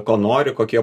ko nori kokie